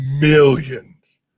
millions